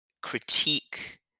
critique